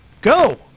go